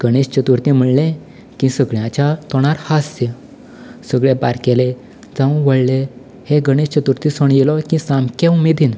गणेश चतुर्थी म्हणलें की सगल्याच्या तोंडार हास्य सगले बारकेले जावूं व्हडले हे गणेश चतुर्थी सण येयलो की सामके उमेदीन